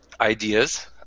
ideas